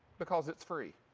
because it's free.